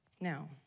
Now